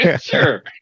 Sure